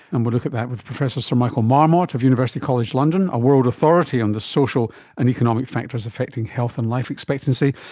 and we'll look at that with professor sir michael marmot of university college london, a world authority on the social and economic factors affecting health and life expectancy,